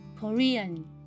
Korean